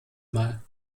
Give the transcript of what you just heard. mal